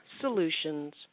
Solutions